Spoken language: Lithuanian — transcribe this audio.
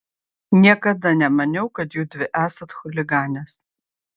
niekada nemaniau kad judvi esat chuliganės